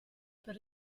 per